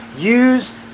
Use